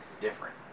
different